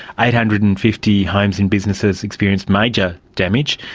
eight hundred and fifty homes and businesses experienced major damage,